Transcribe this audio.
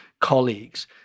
colleagues